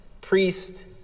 Priest